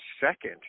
second